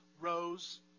rose